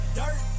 dirt